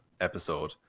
episode